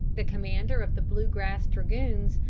the commander of the blue grass dragoons,